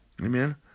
Amen